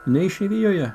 nei išeivijoje